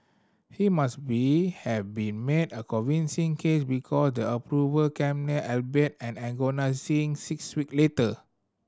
he must be have be made a convincing case because the approval came albeit an agonising six week later